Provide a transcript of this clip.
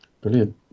Brilliant